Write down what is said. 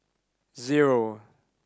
zero